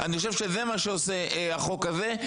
אני חושב שזה מה שעושה החוק הזה,